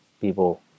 people